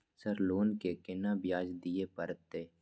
Sir loan के केना ब्याज दीये परतें?